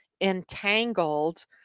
entangled